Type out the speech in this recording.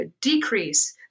decrease